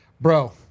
Bro